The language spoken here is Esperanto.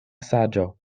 saĝo